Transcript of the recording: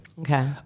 Okay